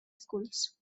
schools